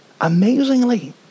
amazingly